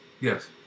Yes